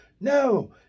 No